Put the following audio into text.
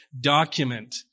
document